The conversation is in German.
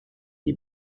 die